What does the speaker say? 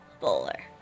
bowler